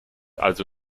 also